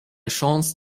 chance